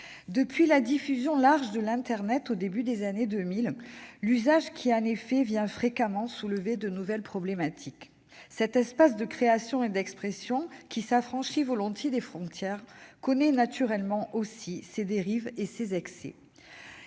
depuis la diffusion large de l'internet, à compter du début des années 2000, l'usage qui en est fait soulève fréquemment de nouvelles problématiques. Cet espace de création et d'expression, qui s'affranchit volontiers des frontières, connaît naturellement aussi ses dérives et ses excès.